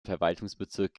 verwaltungsbezirk